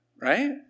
right